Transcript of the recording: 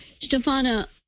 Stefana